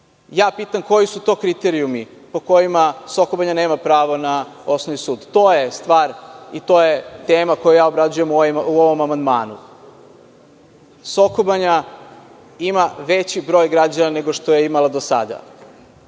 pitam koji su to kriterijumi po kojima Soko Banja nema pravo na osnovni sud? To je stvar i to je tema koju ja obrađujem u ovom amandmanu. Soko Banja ima veći broj građana nego što je imala do sada.